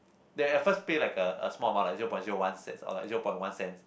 the at first play like a a small amount lah zero point zero one cents or like zero point one cents